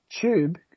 tube